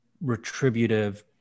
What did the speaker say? retributive